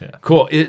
cool